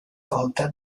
facoltà